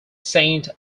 saint